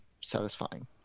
satisfying